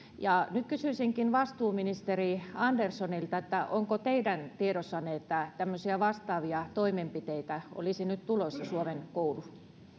nyt kysyisinkin vastuuministeri anderssonilta onko teidän tiedossanne että tämmöisiä vastaavia toimenpiteitä olisi nyt tulossa suomen kouluihin